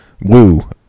Woo